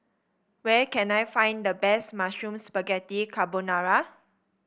where can I find the best Mushroom Spaghetti Carbonara